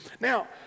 Now